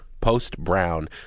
post-Brown